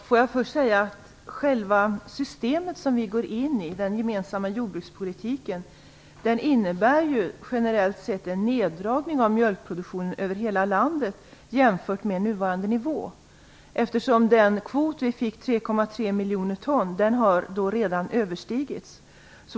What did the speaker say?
Fru talman! Själva systemet som vi går in i, dvs. den gemensamma jordbrukspolitiken, innebär generellt sett en neddragning av mjölkproduktionen över hela landet, jämfört med nuvarande nivå, eftersom den kvot som vi fick, 3,3 miljoner ton, redan har överstigits.